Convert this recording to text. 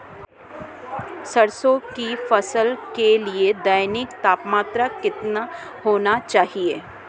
सरसों की फसल के लिए दैनिक तापमान कितना होना चाहिए?